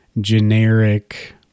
generic